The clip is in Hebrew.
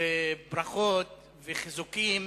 ברכות וחיזוקים